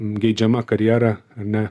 geidžiama karjera ane